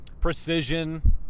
precision